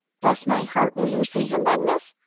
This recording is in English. bless my heart! will you see him then, miss?